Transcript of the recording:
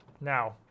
Now